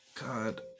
God